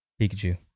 Pikachu